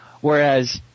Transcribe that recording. whereas